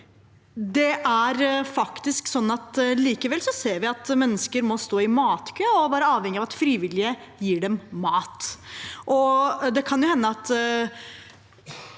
gaten. Likevel ser vi at mennesker må stå i matkø og være avhengige av at frivillige gir dem mat.